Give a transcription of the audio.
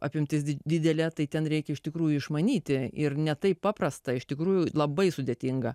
apimtis didelė tai ten reikia iš tikrųjų išmanyti ir ne taip paprasta iš tikrųjų labai sudėtinga